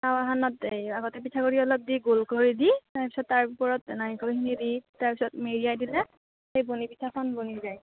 টাৱাখনত এই আগতে পিঠাগুড়ি অলপ দি গোল কৰি দি তাৰপিছত তাৰ ওপৰত নাৰিকলখিনি দি তাৰপিছত মেৰিয়াই দিলে এই বনি পিঠাখন বনি যায়